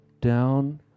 down